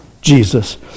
Jesus